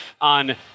on